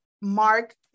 Mark